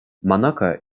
монако